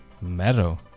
Marrow